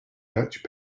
dutch